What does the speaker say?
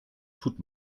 tut